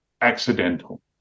accidental